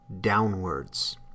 downwards